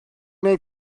neu